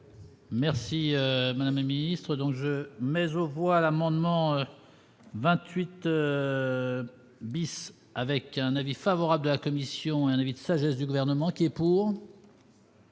Merci madame la ministre, donc je mais voire amendement 28 2 bis avec un avis favorable de la Commission invite sagesse du gouvernement qui est pour.